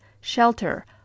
shelter